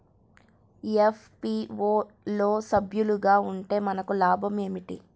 FPO లో సభ్యులుగా ఉంటే మనకు లాభం ఏమిటి?